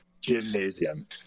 gymnasium